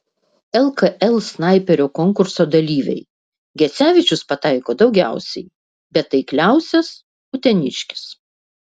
lkl snaiperio konkurso dalyviai gecevičius pataiko daugiausiai bet taikliausias uteniškis